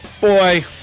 boy